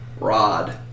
rod